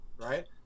right